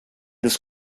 this